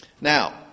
Now